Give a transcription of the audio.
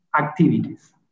activities